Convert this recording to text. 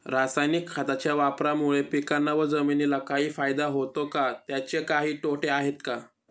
रासायनिक खताच्या वापरामुळे पिकांना व जमिनीला काही फायदा होतो का? त्याचे काही तोटे आहेत का?